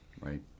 Right